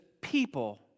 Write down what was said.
people